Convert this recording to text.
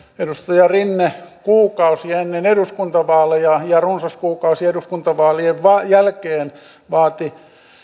edustaja rinne kuukausi ennen eduskuntavaaleja ja runsas kuukausi eduskuntavaalien jälkeen vaati